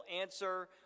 answer